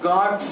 God